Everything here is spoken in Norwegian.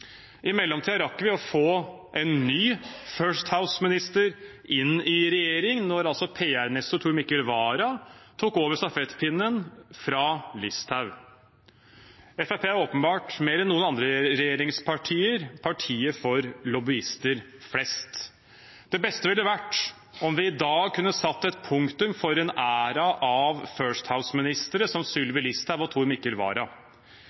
I mellomtiden rakk vi å få en ny First House-minister inn i regjering da PR-nestoren Tor Mikkel Wara tok over stafettpinnen fra Listhaug. Fremskrittspartiet er åpenbart – mer enn noen andre regjeringspartier – partiet for lobbyister flest. Det beste ville vært om vi i dag kunne satt et punktum for en æra av First House-ministre, som Sylvi Listhaug og Tor Mikkel